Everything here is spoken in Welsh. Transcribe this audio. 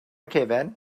cefn